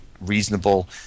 reasonable